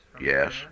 Yes